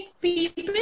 people